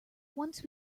once